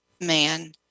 man